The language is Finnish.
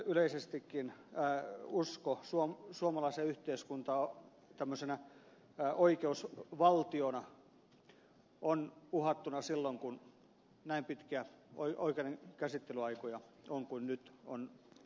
yleisestikin väen uskoo suomen suomalaista yhteiskuntaa usko suomalaiseen yhteiskuntaan tämmöisenä oikeusvaltiona on uhattuna silloin kun näin pitkiä oikeuden käsittelyaikoja on kuin nyt on vallinnut